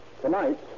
Tonight